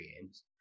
games